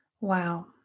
Wow